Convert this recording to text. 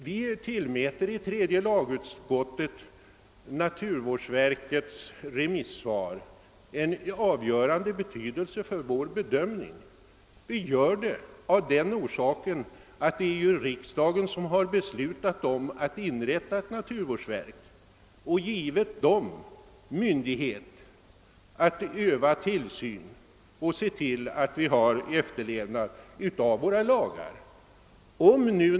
Vi tillmäter i tredje lagutskottet naturvårdsverkets remissvar en avgörande betydelse vid vår bedömning. Vi gör det av den anledningen att det ju är riksdagen som har beslutat inrätta naturvårdsverket och givit detta verk myndighet att öva tillsyn över miljöområdet och se till att lagarna efterlevs.